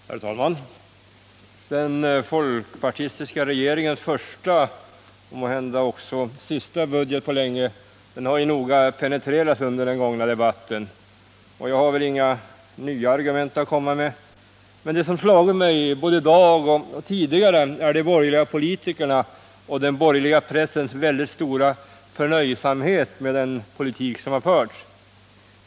Herr talman! Den folkpartistiska regeringens första och måhända också sista budget på länge har noga penetrerats under den gångna debatten. Jag har väl inga nya argument att komma med, men det som slagit mig både i dag och tidigare är de borgerliga politikernas och den borgerliga pressens väldigt stora förnöjsamhet med den politik som förts.